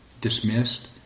dismissed